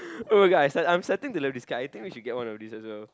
[oh]-my-god I'm I'm starting to love this card I think we should get one of this also